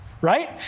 right